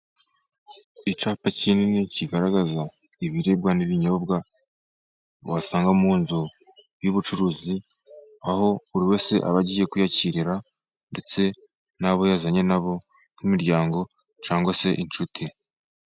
Icyapa kinini kigaragaza ibiribwa n'ibinyobwa wasanga mu nzu y'ubucuruzi, aho buri wese aba agiye kwiyakirira ndetse n'abo yazanye nabo nk'imiryango cyangwa se inshuti.